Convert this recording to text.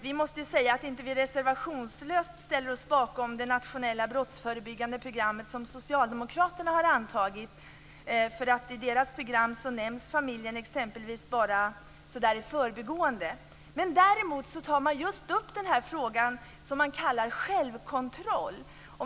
Vi måste säga att vi inte reservationslöst ställer oss bakom det nationella brottsförebyggande program som socialdemokraterna har antagit. I deras program nämns familjen exempelvis bara i förbigående. Däremot tar man upp frågan om självkontroll.